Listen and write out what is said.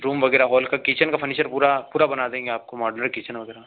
room वगैरह hall का kitchen का फ़र्नीचर पूरा पूरा बना देंगे आपको मॉडुलर किचन वगैरह